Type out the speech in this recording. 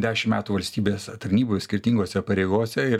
dešim metų valstybės tarnyboj skirtingose pareigose ir